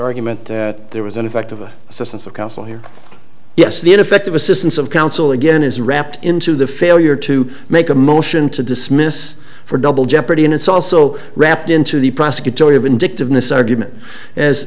argument there was an effective assistance of counsel here yes the ineffective assistance of counsel again is wrapped into the failure to make a motion to dismiss for double jeopardy and it's also wrapped into the